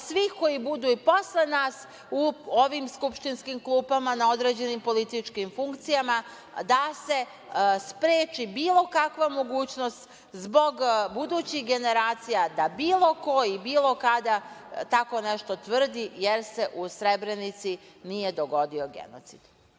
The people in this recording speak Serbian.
svih koji budu i posle nas u ovim skupštinskim klupama, na određenim političkim funkcijama da se spreči bilo kakva mogućnost zbog budućih generacija da bilo ko i bilo kada tako nešto tvrdi, jer se u Srebrenici nije dogodio genocid.